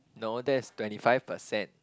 no that's twenty five percent